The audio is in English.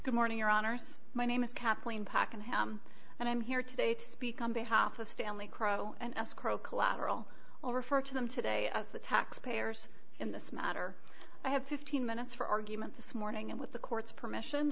good morning your honor my name is kathleen packenham and i'm here today to speak on behalf of family crow and escrow collateral i'll refer to them today as the taxpayers in this matter i have fifteen minutes for argument this morning and with the court's permission